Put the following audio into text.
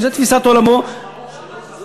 אם זו תפיסת עולמו, המשמעות שלא תפור,